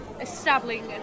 establishing